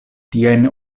tiajn